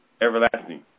Everlasting